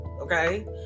Okay